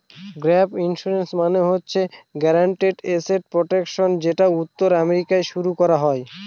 gap insurance মানে হচ্ছে guaranteed asset protection যেটা উত্তর আমেরিকায় শুরু করা হয়